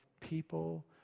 people